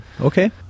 okay